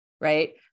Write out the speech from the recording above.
right